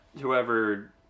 whoever